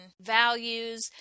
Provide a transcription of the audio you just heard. values